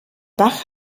bach